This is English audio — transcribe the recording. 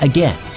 Again